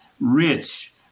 rich